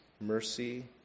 mercy